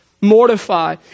Mortify